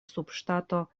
subŝtato